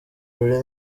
rurimi